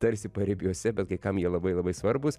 tarsi paribiuose bet kai kam jie labai labai svarbūs